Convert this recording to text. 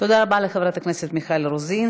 תודה רבה לחברת הכנסת מיכל רוזין.